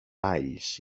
valls